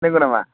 नोंगौ नामा